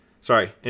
sorry